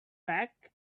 black